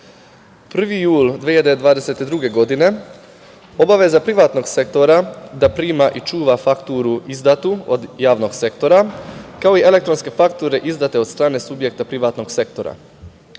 1. jul 2022. godine – obaveza privatnog sektora da prima i čuva fakturu izdatu od javnog sektora, kao i elektronske fakture izdate od strane subjekta privatnog sektora